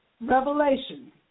Revelation